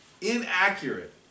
inaccurate